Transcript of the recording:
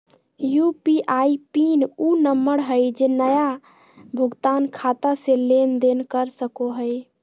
UPI PIN उ number हइ जे नया भुगतान खाता से लेन देन कर सको हइ